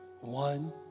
One